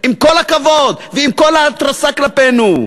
עם כל הכבוד ועם כל ההתרסה כלפינו.